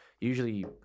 usually